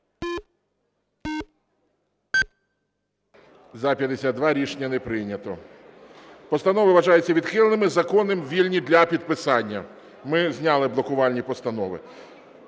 За-52 Рішення не прийнято. Постанови вважаються відхиленими, закони вільні для підписання. Ми зняли блокувальні постанови.